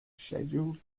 schedule